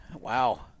Wow